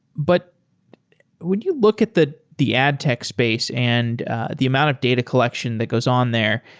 but when you look at the the adtech space and the amount of data collection that goes on there,